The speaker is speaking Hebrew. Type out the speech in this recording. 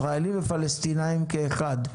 ישראלים ופלסטינים כאחד".